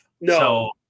No